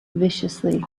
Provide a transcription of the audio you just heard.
viciously